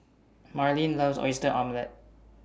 Marleen loves Oyster Omelette